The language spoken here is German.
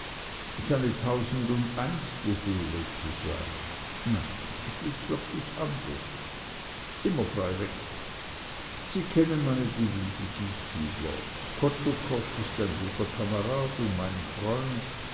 seine tausendundeinste seele zu sein nein es liegt wirklich anders immer freiweg sie kennen meine devise gieshübler kotschukoff ist ein guter kamerad und mein freund